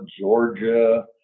Georgia